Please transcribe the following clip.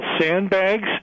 sandbags